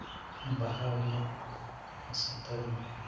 ᱵᱟᱦᱟ ᱦᱩᱭᱮᱱ ᱚᱱᱟ ᱥᱟᱶᱛᱮ